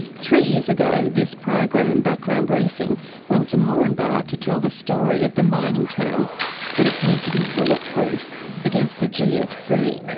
three years ago, this program background briefing went to moranbah to tell the story of the mining towns that appeared to be bulletproof against the gfc.